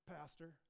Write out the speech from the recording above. Pastor